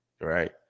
right